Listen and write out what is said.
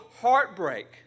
heartbreak